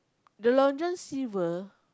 the Long John Silver